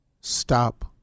Stop